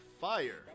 fire